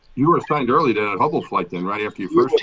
you were assigned early to hubble flight then right after you first?